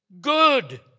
good